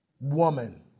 Woman